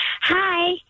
Hi